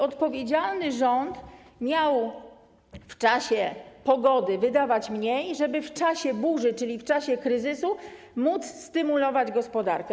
Odpowiedzialny rząd miał w czasie pogody wydawać mniej, żeby w czasie burzy, czyli w czasie kryzysu, móc stymulować gospodarkę.